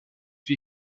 wir